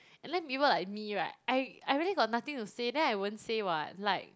and then people like me right I I really got nothing to say then I won't say what like